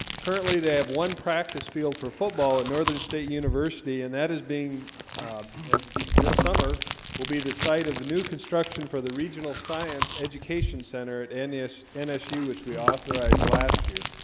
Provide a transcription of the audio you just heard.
currently they have one practice field for football at northern state university and that is being as this summer will be the site of the new construction for the regional science education center at any assess and you which we authorized last year,